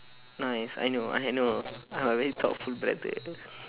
nice I know I know I am a very thoughtful brother